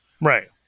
Right